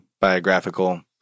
biographical